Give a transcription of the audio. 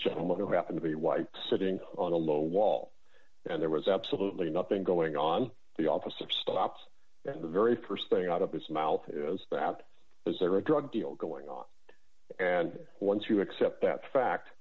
gentleman who happened to be white sitting on a low wall and there was absolutely nothing going on the officer stops and the very st thing out of his mouth is perhaps is there a drug deal going on and once you accept that fact